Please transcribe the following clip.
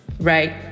right